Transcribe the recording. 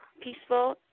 peaceful